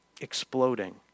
exploding